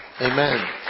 Amen